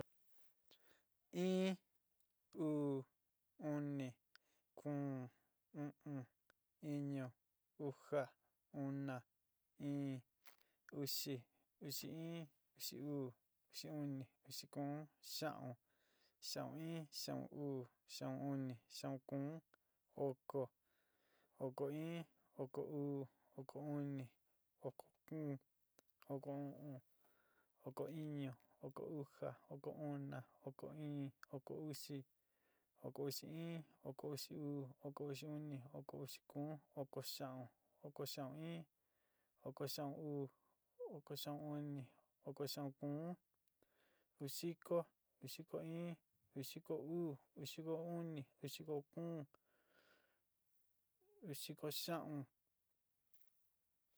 In, uu, uni, kuún, u'un. iñu. ujá, una, ɨɨn. uxi, uxi in. uxi uu. uxi uni, uxi kuún, xiaun, xiaún in, xiaún uu, xiaún uni, xiaún kuún, oko, oko in, oko uu, oko uni, oko kuún, oko u'un. oko iñu. oko uja, oko una, oko iín, oko uxi, oko uxi in, oko uxi uu, oko uxi uni. oko uxi kuún, oko xiaún, oko xiaún in, oko xiaún uú, oko xiaún uni, oko xiaún kuún, uú xiko, uú xiko in. uú xiko uú. uú xiko uni, uú xiko kuún, uu xiko xiaún.